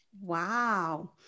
wow